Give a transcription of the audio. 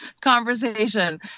conversation